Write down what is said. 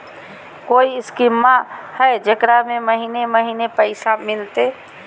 कोइ स्कीमा हय, जेकरा में महीने महीने पैसा मिलते?